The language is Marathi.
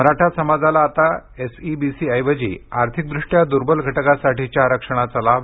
मराठा समाजाला आता एसईबीसीऐवजी आर्थिकदृष्ट्या दुर्बल घटकासाठीच्या आरक्षणाचा लाभ